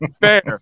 fair